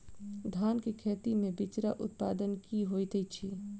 धान केँ खेती मे बिचरा उत्पादन की होइत छी?